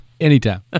anytime